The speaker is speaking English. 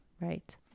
Right